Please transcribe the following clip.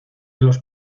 los